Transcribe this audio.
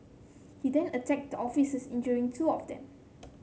he then attacked the officers injuring two of them